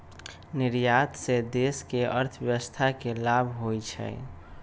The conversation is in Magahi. निर्यात से देश के अर्थव्यवस्था के लाभ होइ छइ